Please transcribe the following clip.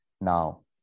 Now